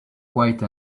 white